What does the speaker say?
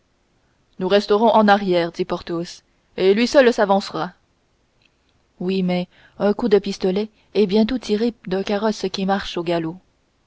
nous resterons en arrière dit porthos et lui seul s'avancera oui mais un coup de pistolet est bientôt tiré d'un carrosse qui marche au galop